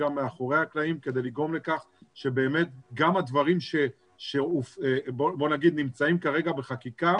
גם מאחורי הקלעים כדי לגרום לכך שבאמת גם הדברים שנמצאים כרגע בחקיקה